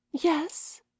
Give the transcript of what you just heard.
Yes